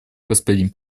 господин